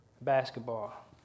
Basketball